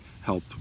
help